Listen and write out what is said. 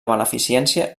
beneficència